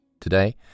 Today